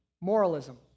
moralism